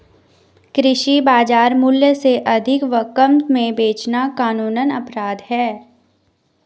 कृषि बाजार मूल्य से अधिक व कम में बेचना कानूनन अपराध है